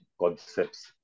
concepts